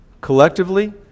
Collectively